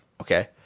Okay